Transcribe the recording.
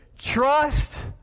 trust